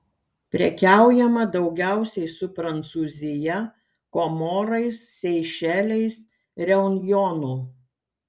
prekiaujama daugiausiai su prancūzija komorais seišeliais reunjonu